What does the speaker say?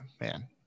man